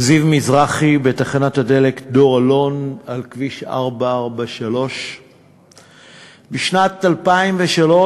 זיו מזרחי בתחנת הדלק "דור אלון" על כביש 443. בשנת 2003,